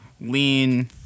lean